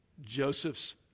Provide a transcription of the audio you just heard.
Joseph's